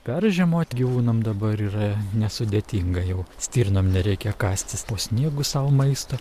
peržiemot gyvūnam dabar yra nesudėtinga jau stirnom nereikia kastis po sniegu sau maisto